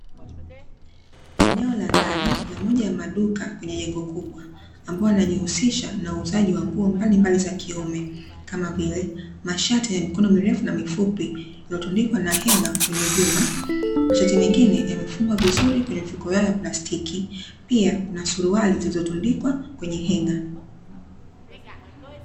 Eneo la ndani la moja ya maduka kwenye jengo kubwa ambao wanajihusisha na uuzaji wa nguo mbalimbali za kiume kama vile mashati yenye mikono mirefu na mifupi, yakutundikwa na henga kwenye vyuma, mashati mengine yamefungwa vizuri kwenye mifuko yao ya plastiki pia kuna suruali zilizotundikwa kwenye heng'a.